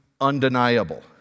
undeniable